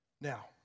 Now